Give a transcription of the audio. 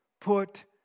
put